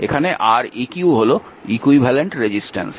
এখানে Req হল equivalent resistance